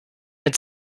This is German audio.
wenn